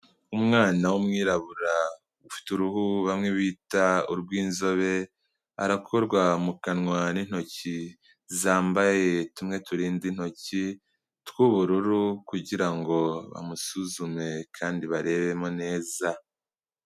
Umwana w'umwirabura ufite uruhu bamwe bita urw'inzobe, arakorwa mu kanwa n'intoki zambaye tumwe turinda intoki tw'ubururu, kugira ngo bamusuzume kandi barebemo neza.